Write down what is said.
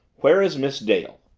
where is miss dale?